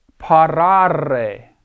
parare